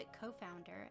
co-founder